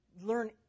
learn